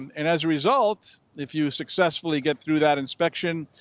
and as a result, if you successfully get through that inspection,